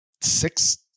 six